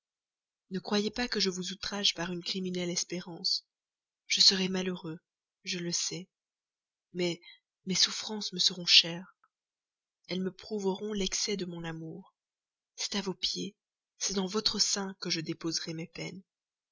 ne croyez pas que je vous outrage par une criminelle espérance je serai malheureux je le sais mais mes souffrances me seront chères elle me prouveront l'excès de mon amour c'est à vos pieds c'est dans votre sein que je déposerai mes peines